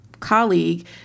colleague